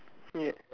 yes